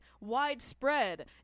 widespread